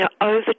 over